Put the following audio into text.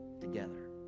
together